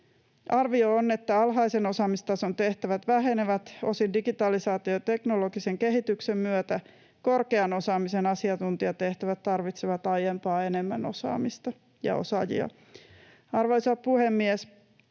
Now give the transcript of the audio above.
Arvio on, että alhaisen osaamistason tehtävät vähenevät osin digitalisaation ja teknologisen kehityksen myötä. Korkean osaamisen asiantuntijatehtävät tarvitsevat aiempaa enemmän osaamista ja osaajia. Arvoisa puhemies!